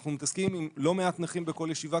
אנחנו מתעסקים עם לא מעט נכים בכל ישיבה